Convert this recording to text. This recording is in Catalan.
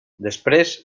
després